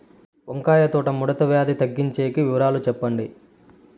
వంకాయ తోట ముడత వ్యాధి తగ్గించేకి వివరాలు చెప్పండి?